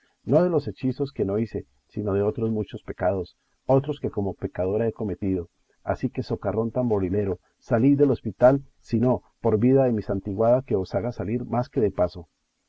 no de los hechizos que no hice sino de otros muchos pecados otros que como pecadora he cometido así que socarrón tamborilero salid del hospital si no por vida de mi santiguada que os haga salir más que de paso